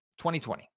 2020